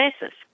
basis